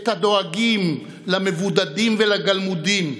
את הדואגים למבודדים ולגלמודים,